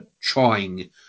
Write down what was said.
trying